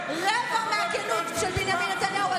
רבע מהכנות של בנימין נתניהו.